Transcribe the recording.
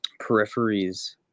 peripheries